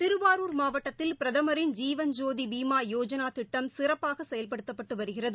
திருவாரூர் மாவட்டத்தில் பிரதமின் ஜீவன் ஜோதி பீமா யோஜனா திட்டம் சிறப்பாக செயல்படுத்தப்பட்டு வருகிறது